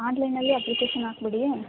ಆನ್ಲೈನಲ್ಲಿ ಅಪ್ಲಿಕೇಶನ್ ಹಾಕ್ಬಿಡಿ